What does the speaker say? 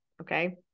okay